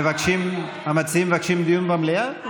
המציעים מציעים דיון במליאה?